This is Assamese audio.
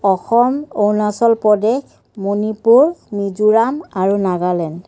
অসম অৰুণাচল প্ৰদেশ মণিপুৰ মিজোৰাম আৰু নাগালেণ্ড